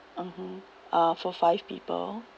mmhmm uh for five people